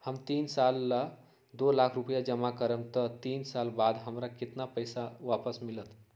हम तीन साल ला दो लाख रूपैया जमा करम त तीन साल बाद हमरा केतना पैसा वापस मिलत?